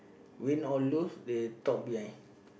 win or lose they talk behind